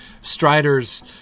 Strider's